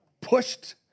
pushed